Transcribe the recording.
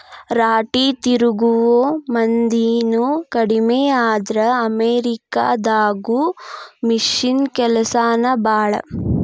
ರಾಟಿ ತಿರುವು ಮಂದಿನು ಕಡಮಿ ಆದ್ರ ಅಮೇರಿಕಾ ದಾಗದು ಮಿಷನ್ ಕೆಲಸಾನ ಭಾಳ